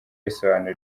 risobanura